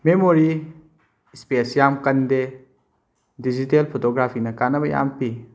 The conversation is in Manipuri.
ꯃꯦꯃꯣꯔꯤ ꯁ꯭ꯄꯦꯁ ꯌꯥꯝ ꯀꯟꯗꯦ ꯗꯤꯖꯤꯇꯦꯜ ꯐꯣꯇꯣꯒ꯭ꯔꯥꯐꯤꯅ ꯀꯥꯟꯅꯕ ꯌꯥꯝꯅ ꯄꯤ